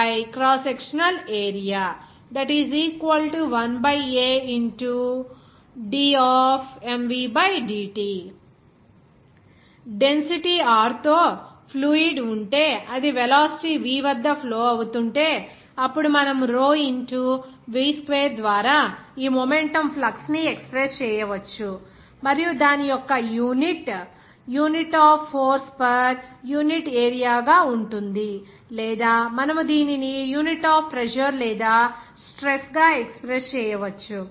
JmomentumMomentum rateCross sectional area1Addt density r తో fluid ఉంటే అది వెలాసిటీ v వద్ద ఫ్లో అవుతుంటే అప్పుడు మనము rho ఇంటూ v స్క్వేర్ ద్వారా ఈ మొమెంటం ఫ్లక్స్ ని ఎక్స్ప్రెస్ చేయవచ్చు మరియు దాని యొక్క unit unit of force per unit area గా ఉంటుంది లేదా మనము దీనిని యూనిట్ ఆఫ్ ప్రెజర్ లేదా స్ట్రెస్ గా ఎక్స్ప్రెస్ చేయవచ్చు